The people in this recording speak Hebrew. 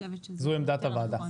זו עמדת הוועדה.